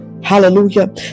Hallelujah